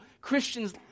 Christians